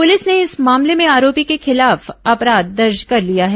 police ने इस मामले में आरोपी के खिलाफ अपराध दर्ज कर लिया है